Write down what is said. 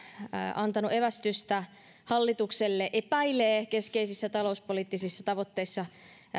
antanut evästystä hallitukselle se epäilee keskeisissä talouspoliittisissa tavoitteissa